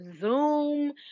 Zoom